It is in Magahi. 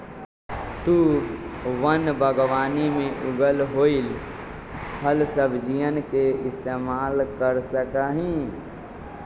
तु वन बागवानी में उगल होईल फलसब्जियन के इस्तेमाल कर सका हीं